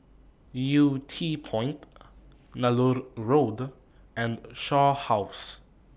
Yew Tee Point Nallur Road and Shaw House